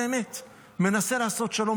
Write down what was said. באמת מנסה לעשות שלום,